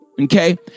Okay